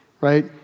right